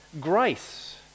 Grace